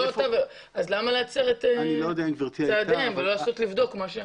אז למה להצר את צעדיהם ולא לנסות לבדוק?